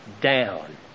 down